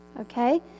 Okay